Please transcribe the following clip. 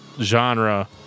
genre